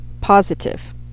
positive